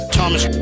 Thomas